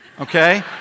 okay